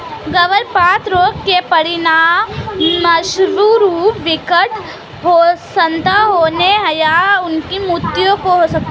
गर्भपात रोग के परिणामस्वरूप विकृत संतान होती है या उनकी मृत्यु हो सकती है